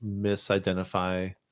misidentify